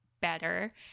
better